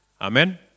Amen